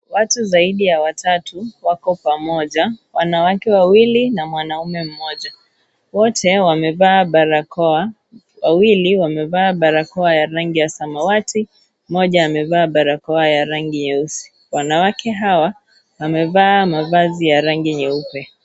Watu zaidi ya watatu wako pamoja, wanawake wawili na mwanamume mmoja. Wote wamevaa barakoa, wawili wamevaa barakoa ya rangi ya samawati, mmoja amevaa barakoa ya rangi nyeusi. Wanawake hawa, wamevaa mavazi ya rangi nyeupe.